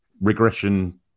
regression